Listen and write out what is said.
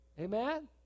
Amen